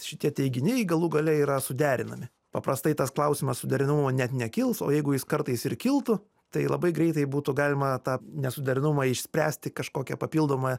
šitie teiginiai galų gale yra suderinami paprastai tas klausimas suderinamumo net nekils o jeigu jis kartais ir kiltų tai labai greitai būtų galima tą nesuderinamumą išspręsti kažkokią papildomą